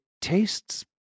tastes